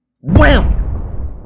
Wham